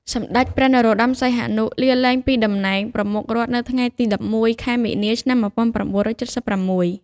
សម្តេចព្រះ នរោត្តម សីហនុ លាលែងពីតំណែងប្រមុខរដ្ឋនៅថ្ងៃទី១១ ខែមីនា ឆ្នាំ១៩៧៦។